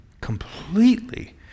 completely